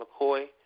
McCoy